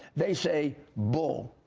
they say bullet.